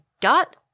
gut